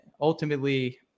ultimately